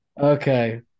Okay